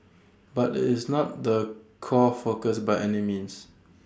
but IT is not the core focus by any means